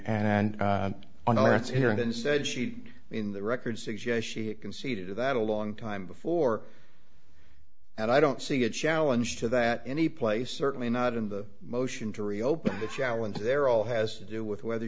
then said she in the record suggests she conceded to that a long time before and i don't see a challenge to that any place certainly not in the motion to reopen the challenge there all has to do with whether